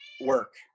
work